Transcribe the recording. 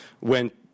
went